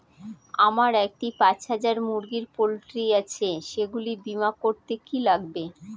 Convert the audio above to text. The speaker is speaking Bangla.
আমার একটি পাঁচ হাজার মুরগির পোলট্রি আছে সেগুলি বীমা করতে কি লাগবে?